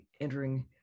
entering